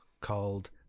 called